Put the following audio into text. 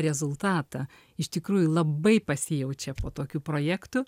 rezultatą iš tikrųjų labai pasijaučia po tokių projektų